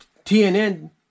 TNN